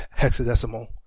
hexadecimal